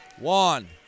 Juan